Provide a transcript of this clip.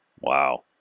Wow